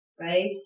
right